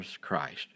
Christ